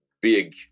big